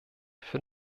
für